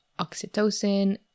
oxytocin